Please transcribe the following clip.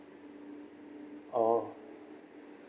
orh